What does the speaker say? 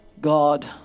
God